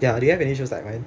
ya do you have insurance like mine